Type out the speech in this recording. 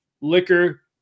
liquor